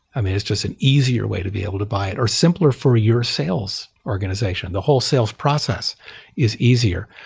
i mean, it's just an easier way to be able to buy it or simpler for your sales organization. the whole sales process is easier,